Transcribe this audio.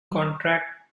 contract